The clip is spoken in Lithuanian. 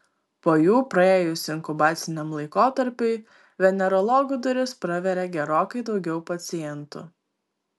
po jų praėjus inkubaciniam laikotarpiui venerologų duris praveria gerokai daugiau pacientų